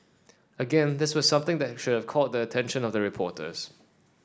again this was something that should have caught the attention of the reporters